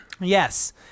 yes